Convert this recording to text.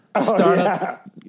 startup